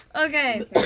Okay